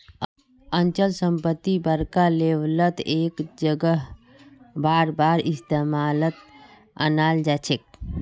अचल संपत्ति बड़का लेवलत एक जगह बारबार इस्तेमालत अनाल जाछेक